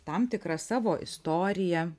tam tikra savo istorija